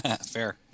Fair